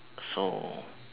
so